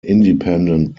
independent